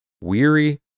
weary